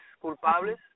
Culpables